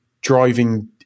driving